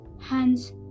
Hands